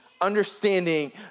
understanding